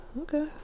Okay